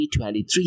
2023